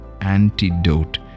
antidote